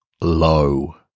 Low